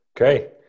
Okay